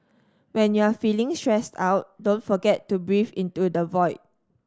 when you are feeling stressed out don't forget to breathe into the void